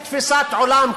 בתפיסת עולם,